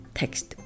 text